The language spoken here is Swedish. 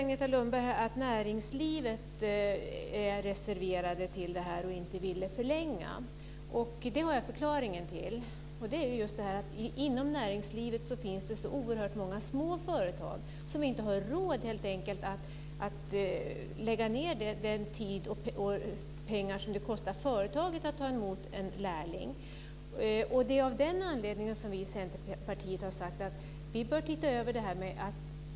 Agneta Lundberg säger att näringslivet är reserverat till detta och inte ville förlänga det. Det har jag förklaringen till. Inom näringslivet finns det så oerhört många små företag som helt enkelt inte har råd att lägga ned den tid och de pengar som det kostar företaget att ta emot en lärling. Det är av den anledningen som vi i Centerpartiet har sagt att vi bör titta över detta.